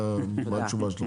מה התשובה שלכם?